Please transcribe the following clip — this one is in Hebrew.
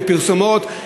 בפרסומות,